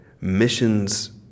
missions